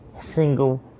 single